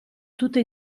tutte